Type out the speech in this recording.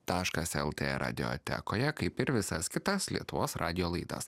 taškas el tė radijo tekoje kaip ir visas kitas lietuvos radijo laidas